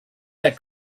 that